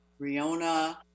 Riona